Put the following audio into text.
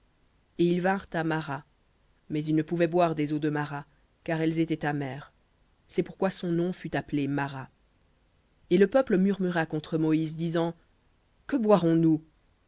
vinrent à mara mais ils ne pouvaient boire des eaux de mara car elles étaient amères c'est pourquoi son nom fut appelé mara et le peuple murmura contre moïse disant que